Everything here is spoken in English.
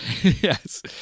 Yes